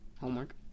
homework